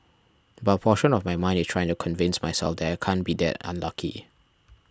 but a portion of my mind is trying to convince myself that I can't be that unlucky